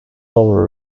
over